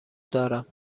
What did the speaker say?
دارم